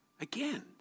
Again